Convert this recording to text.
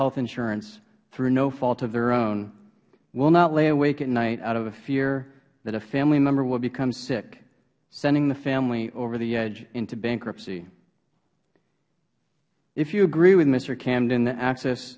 health insurance through no fault of their own will not lay awake at night out of fear that a family member will become sick sending the family over the edge into bankruptcy if you agree with mister camden that access